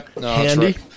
handy